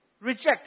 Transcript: Reject